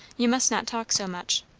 you must not talk so much.